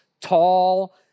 tall